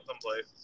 someplace